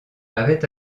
avait